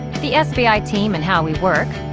the sbi team and how we work,